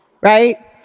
right